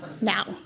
now